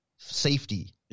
safety